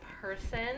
person